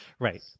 Right